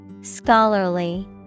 Scholarly